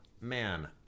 Man